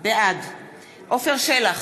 בעד עפר שלח,